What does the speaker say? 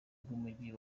bw’umujyi